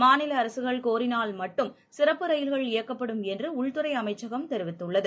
மாநிலஅரசுகள் கோரினால் மட்டும் சிறப்பு ரயில்கள் இயக்கப்படும் என்றஉள்துறைஅமைச்சகம் தெரிவித்துள்ளது